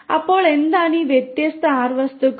അപ്പോൾ എന്താണ് ഈ വ്യത്യസ്ത ആർ വസ്തുക്കൾ